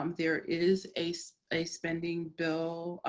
um there is a so a spending bill,